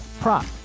prop